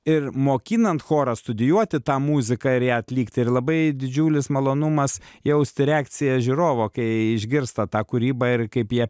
ir mokinant chorą studijuoti tą muziką ir ją atlikti ir labai didžiulis malonumas jausti reakciją žiūrovo kai išgirsta tą kūrybą ir kaip ją